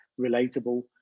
relatable